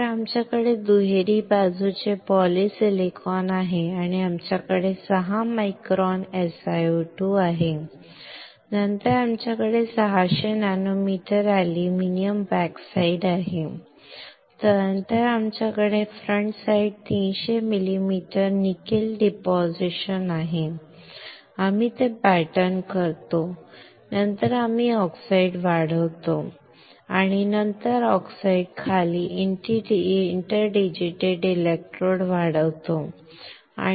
तर आमच्याकडे दुहेरी बाजूचे पॉलिसिलिकॉन आहे आणि आमच्याकडे 6 मायक्रॉन SiO2 आहे नंतर आमच्याकडे 600 नॅनोमीटर अॅल्युमिनियम बॅकसाइड आहे नंतर आमच्याकडे फ्रंटसाइड 300 मिमी निकेल डिपॉझिशन आहे आम्ही ते पॅटर्न करतो नंतर आम्ही ऑक्साइड वाढवतो आणि नंतर ऑक्साईडच्या खाली इंटरडिजिटेटेड इलेक्ट्रोड्स वाढवतो